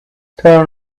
turn